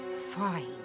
Fine